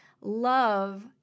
love